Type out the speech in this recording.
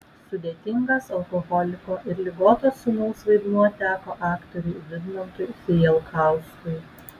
sudėtingas alkoholiko ir ligoto sūnaus vaidmuo teko aktoriui vidmantui fijalkauskui